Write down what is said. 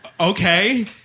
okay